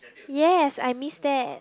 yes I miss that